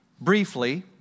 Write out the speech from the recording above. briefly